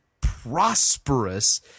prosperous